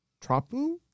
trapu